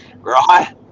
Right